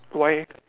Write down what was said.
why